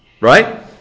Right